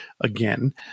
again